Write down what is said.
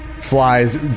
flies